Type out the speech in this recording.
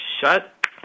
shut